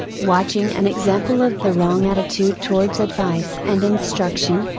watching an example of the wrong attitude towards advice and instruction,